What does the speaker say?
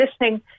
listening